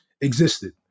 existed